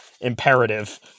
imperative